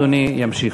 אדוני ימשיך.